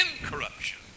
incorruption